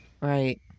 right